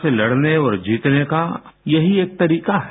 से लड़ने और जीतने का यही एक तरीका है